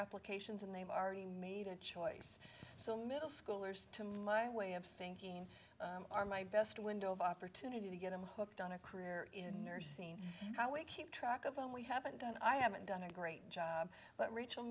applications and they've already made a choice so middle schoolers to my way of thinking are my best window of opportunity to get them hooked on a career in nursing how we keep track of them we haven't done i haven't done a great job but rachel